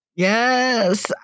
Yes